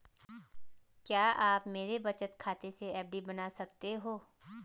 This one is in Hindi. क्या आप मेरे बचत खाते से एफ.डी बना सकते हो?